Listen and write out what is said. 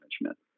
management